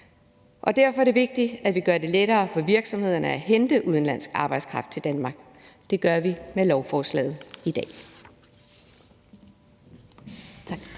og derfor er det vigtigt, at vi gør det lettere for virksomhederne at hente udenlandsk arbejdskraft til Danmark, og det gør vi med lovforslaget i dag.